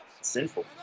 Sinful